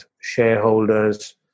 shareholders